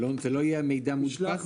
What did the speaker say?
עלון, זה לא יהיה מידע מודפס?